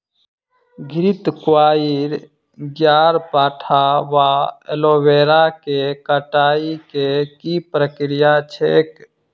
घृतक्वाइर, ग्यारपाठा वा एलोवेरा केँ कटाई केँ की प्रक्रिया छैक?